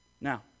Now